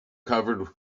covered